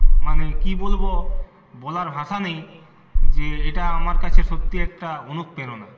মানে কি বলবো বলার ভাষা নেই যে এটা আমার কাছে সত্যিই একটা অনুপ্রেরণা